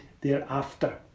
thereafter